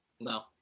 No